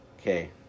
okay